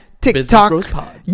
tiktok